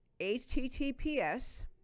https